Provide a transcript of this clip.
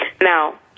Now